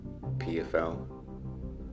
PFL